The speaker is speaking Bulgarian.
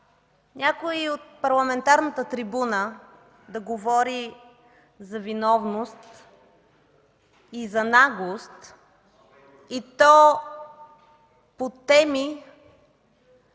някой от парламентарната трибуна да говори за виновност и за наглост, и то по теми,